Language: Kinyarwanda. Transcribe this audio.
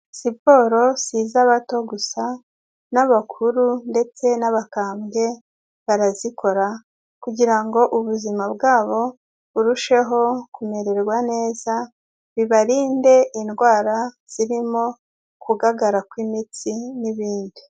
Siporo ntabwo ari iz'abato gusa n'abakuru ndetse n'abakambwe barazikora, kugira ngo ubuzima bwabo burusheho kumererwa neza, bibarinde indwara zirimo kugagara kw'imitsi n'ibindi.